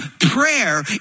prayer